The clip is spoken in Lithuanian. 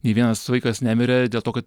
nė vienas vaikas nemirė dėl to kad